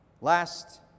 Last